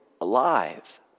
alive